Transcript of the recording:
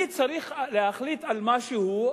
אני צריך להחליט על משהו,